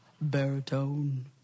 Baritone